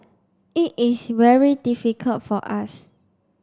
it is very difficult for us